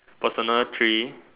personal three